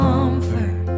Comfort